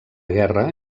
guerra